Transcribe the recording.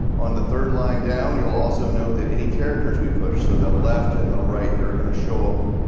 on the third line down you'll also note that any characters we push, so the left and the right they're going to show up